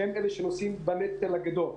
שהם אלה שנושאים בנטל הגדול.